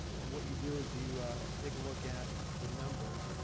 and what you do is you take a look at the numbers.